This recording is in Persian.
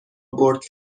بٌرد